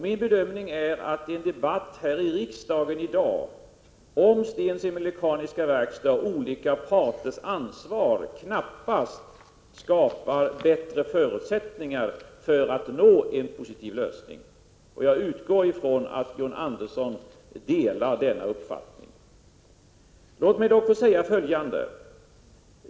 Min bedömning är att en debatt här i riksdagen i dag om Stensele Mekaniska Verkstads olika parters ansvar knappast skapar bättre förutsättningar för att nå en positiv lösning. Jag utgår från att John Andersson delar denna uppfattning. Låt mig få säga följande.